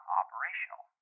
operational